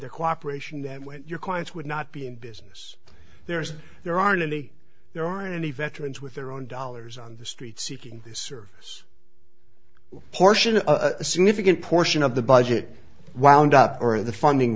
their cooperation that when your clients would not be in business there is there aren't any there are any veterans with their own dollars on the street seeking this service portion a significant portion of the budget wound up or the funding